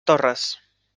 torres